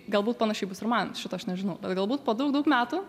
galbūt panašiai bus ir man šito aš nežinau galbūt po daug daug metų